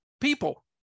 People